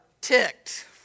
ticked